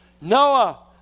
Noah